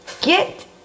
get